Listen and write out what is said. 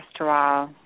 cholesterol